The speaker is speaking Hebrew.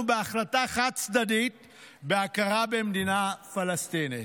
בהחלטה חד-צדדית בהכרה במדינה פלסטינית.